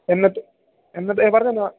എന്നത്തേക്കാണ് പറഞ്ഞോ പറഞ്ഞോ